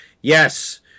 Yes